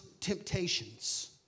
temptations